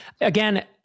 Again